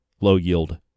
low-yield